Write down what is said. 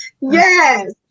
Yes